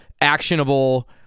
actionable